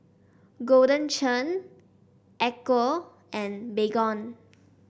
Golden Churn Ecco and Baygon